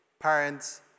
parents